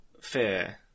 fear